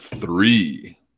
three